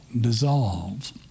dissolves